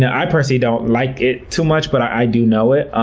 ah i personally don't like it too much, but i do know it,